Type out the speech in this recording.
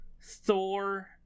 Thor